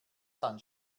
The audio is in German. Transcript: dann